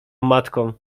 matką